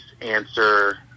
answer